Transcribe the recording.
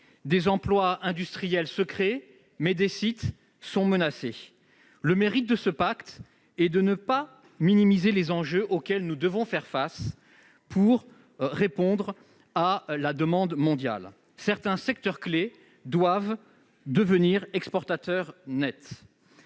Des emplois industriels se créent, mais des sites sont menacés. Le mérite de ce pacte est de ne pas minimiser les enjeux auxquels nous devons faire face pour répondre à la demande mondiale. Certains secteurs clés doivent devenir exportateurs nets.